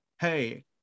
Hey